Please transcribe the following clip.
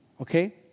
okay